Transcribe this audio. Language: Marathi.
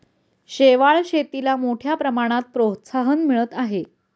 शेवाळ शेतीला मोठ्या प्रमाणात प्रोत्साहन मिळत आहे